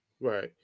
Right